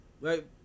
right